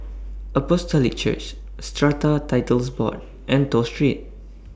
Apostolic Church Strata Titles Board and Toh Street